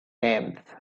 names